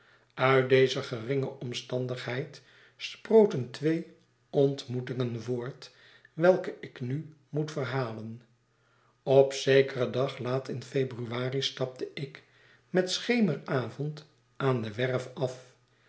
uit deze geringe omstandigheid sproten twee ontmoetingen voort welke ik nu moet verhalen op zekeren dag laat in februari stapte ik met schemeravond aan de werf af